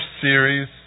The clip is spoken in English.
series